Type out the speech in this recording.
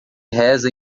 reza